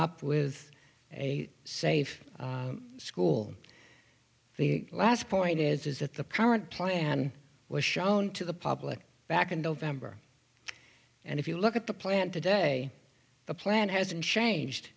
up with a safe school the last point is that the current plan was shown to the public back in november and if you look at the plan today the plan hasn't changed